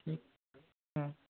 ठीक हम्म